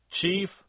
Chief